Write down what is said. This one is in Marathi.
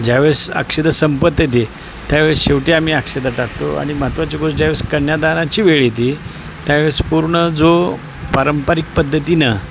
ज्यावेळेस अक्षता संपत येते त्यावेळेस शेवटी आम्ही आक्षता टाकतो आणि महत्त्वाची गोष ज्यावेळेस कन्यादनाची वेळ येते त्यावेळेस पूर्ण जो पारंपरिक पद्धतीनं